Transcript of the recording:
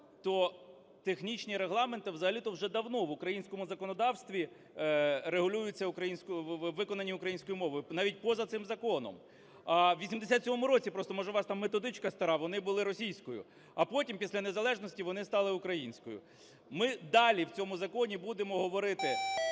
то технічні регламентом взагалі-то вже давно в українському законодавстві виконані українською мовою, навіть поза цим законом. У 87-му році (просто може у вас там методичка стара) вони були російською, а потім після незалежності вони стали українською. Ми далі в цьому законі будемо говорити